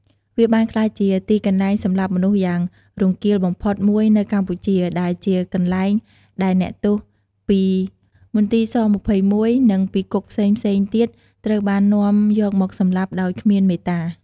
វាបានក្លាយជាទីកន្លែងសម្លាប់មនុស្សយ៉ាងរង្គាលបំផុតមួយនៅកម្ពុជា ដែលជាកន្លែងដែលអ្នកទោសពីមន្ទីរស-២១ និងពីគុកផ្សេងៗទៀតត្រូវបាននាំយកមកសម្លាប់ដោយគ្មានមេត្តា។